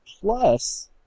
plus